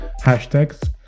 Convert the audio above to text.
hashtags